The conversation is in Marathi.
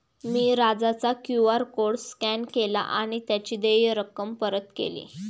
मी राजाचा क्यू.आर कोड स्कॅन केला आणि त्याची देय रक्कम परत केली